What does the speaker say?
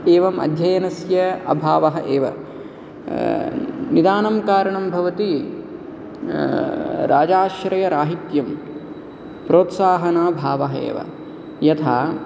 एवम् अध्ययनस्य अभावः एव निदानं कारणं भवति राजाश्रयराहित्यं प्रोत्साहनाभावः एव यथा